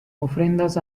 ofrendas